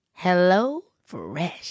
HelloFresh